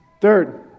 Third